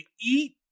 eat